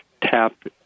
tap